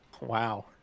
wow